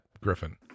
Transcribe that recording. Griffin